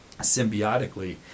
symbiotically